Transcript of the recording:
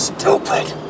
Stupid